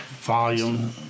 volume